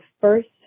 first